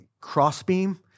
crossbeam